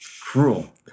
Cruel